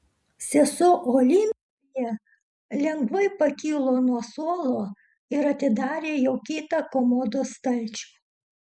sesuo olimpija lengvai pakilo nuo suolo ir atidarė jau kitą komodos stalčių